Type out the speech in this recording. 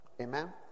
Amen